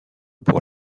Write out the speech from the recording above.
pour